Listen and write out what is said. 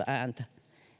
ääntä